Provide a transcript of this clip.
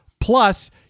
Plus